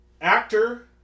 actor